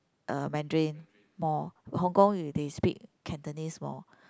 uh mandarin more Hong-Kong they speak Cantonese more